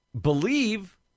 believe